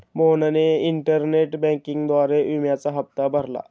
मोहनने इंटरनेट बँकिंगद्वारे विम्याचा हप्ता भरला